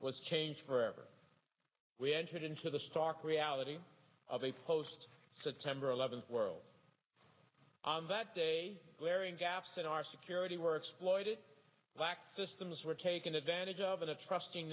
was changed forever we entered into the stark reality of a post september eleventh world on that day where in gaps in our security were exploited back systems were taken advantage of in a trusting